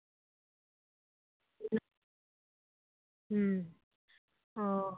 ᱦᱩᱸ ᱦᱩᱸ ᱚ